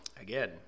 Again